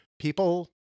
People